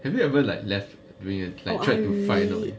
have you ever like left during a like tried to find a way